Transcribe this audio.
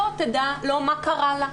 לא תדע מה קרה לה,